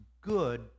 good